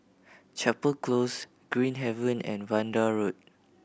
Chapel Close Green Haven and Vanda Road